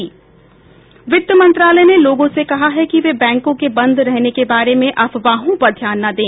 वित्त मंत्रालय ने लोगों से कहा है कि वे बैंकों के बंद रहने के बारे में अफवाहों पर ध्यान न दें